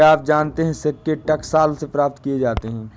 क्या आप जानते है सिक्के टकसाल से प्राप्त किए जाते हैं